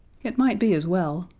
it might be as well,